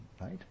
right